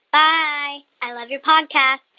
i i love your podcast